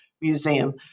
Museum